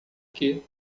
que